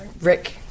rick